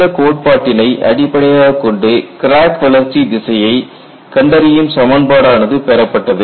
இந்தக் கோட்பாட்டினை அடிப்படையாகக் கொண்டு கிராக் வளர்ச்சி திசையை கண்டறியும் சமன்பாடு ஆனது பெறப்பட்டது